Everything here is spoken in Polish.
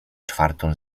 czwartą